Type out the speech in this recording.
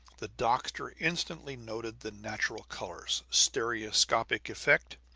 the doctor instantly noted the natural colors, stereoscopic effect,